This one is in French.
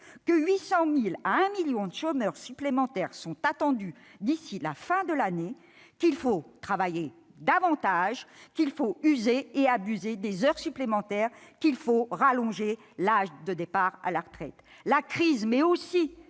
que 800 000 à 1 million de chômeurs supplémentaires sont attendus d'ici à la fin de l'année, qu'il faut « travailler davantage », qu'il faut user et abuser des heures supplémentaires, qu'il faut rallonger l'âge de départ à la retraite ? La crise, mais aussi